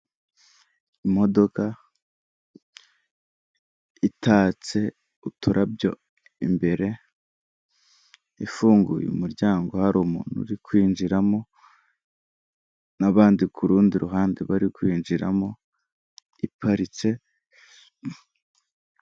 Imodoka itatse uturabyo imbere ifunguye umuryango, hari umuntu uri kwinjiramo n'abandi ku rundi ruhande bari kwinjiramo iparitse.